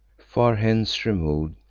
far hence remov'd,